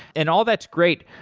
and all that's great.